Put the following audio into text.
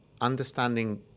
understanding